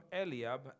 Eliab